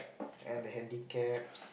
and the handicaps